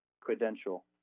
credential